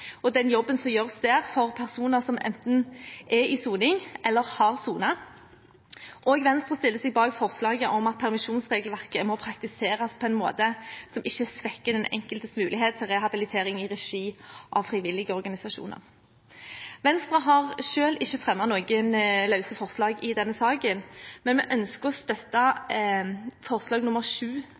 og den jobben som gjøres der for personer som enten er i soning eller har sonet. Også Venstre stiller seg bak forslaget om at permisjonsregelverket må praktiseres på en måte som ikke svekker den enkeltes mulighet til rehabilitering i regi av frivillige organisasjoner. Venstre har selv ikke fremmet noen løse forslag i denne saken, men vi ønsker å støtte forslag